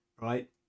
right